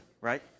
right